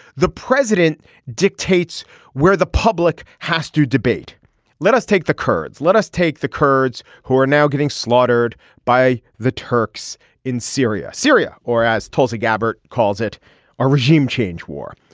the president dictates where the public has to debate let us take the kurds. let us take the kurds who are now getting slaughtered by the turks in syria syria or as tulsi gabbert calls it a regime change war.